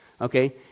Okay